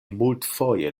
multfoje